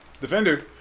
Defender